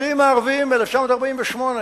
הפליטים הערבים ב-1948,